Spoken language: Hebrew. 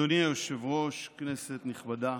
אדוני היושב-ראש, כנסת נכבדה,